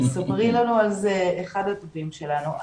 ספרי לנו על זה, הוא אחד הטובים שלנו.